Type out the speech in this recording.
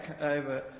over